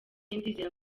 ndizera